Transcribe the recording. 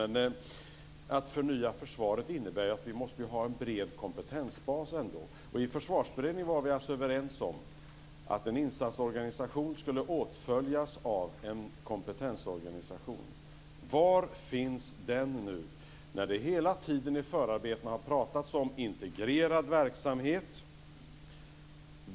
Men att förnya försvaret innebär att vi ändå måste ha en bred kompetensbas. I Försvarsberedningen var vi överens om att en insatsorganisation skulle åtföljas av en kompetensorganisation. Var finns den nu, när det hela tiden i förarbetena har pratats om integrerad verksamhet?